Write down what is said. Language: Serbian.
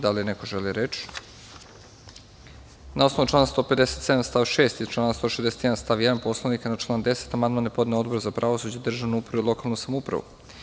Da li neko želi reč? (Ne) Na osnovu člana 157. stav 6. i člana 161. stav 1. Poslovnika na član 10. amandman je podneo Odbor za pravosuđe, državnu upravu i lokalnu samoupravu.